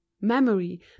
Memory